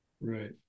Right